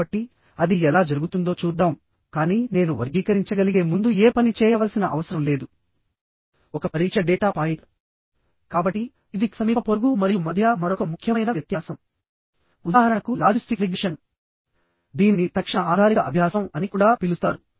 అదేవిధంగా earthquake ని పరిగణలోనికి తీసుకున్నప్పుడు కొన్ని కాలమ్స్ కంప్రెషన్ కి గురవుతాయి మరికొన్ని టెన్షన్ కి గురి అవుతాయి